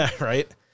Right